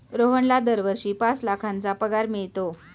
रोहनला दरवर्षी पाच लाखांचा पगार मिळतो